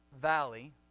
valley